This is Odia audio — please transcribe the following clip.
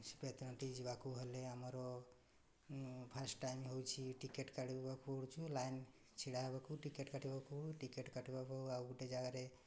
ବେତନଟୀ ଯିବାକୁ ହେଲେ ଆମର ଫାଷ୍ଟ୍ ଟାଇମ୍ ହେଉଛି ଟିକେଟ୍ କାଢ଼ିବାକୁ ପଡ଼ୁଛି ଲାଇନ୍ ଛିଡ଼ା ହେବାକୁ ଟିକେଟ୍ କାଟିବାକୁ ଟିକେଟ୍ କାଟିବାକୁ ଆଉ ଗୋଟେ ଜାଗାରେ